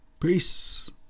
Peace